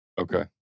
Okay